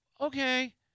Okay